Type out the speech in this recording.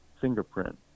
fingerprint